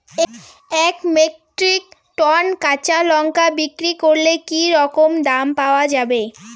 এক metric ton কাঁচা লঙ্কা বিক্রি করলে কি রকম দাম পাওয়া যাবে?